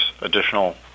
additional